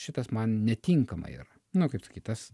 šitas man netinkama yra nu kaip sakyt tas